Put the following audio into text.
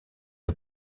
une